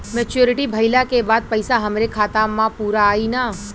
Maturity भईला के बाद पईसा हमरे खाता म पूरा आई न?